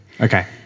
Okay